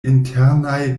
internaj